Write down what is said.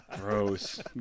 Gross